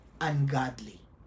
Ungodly